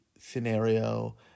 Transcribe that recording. scenario